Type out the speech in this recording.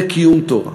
זה קיום תורה.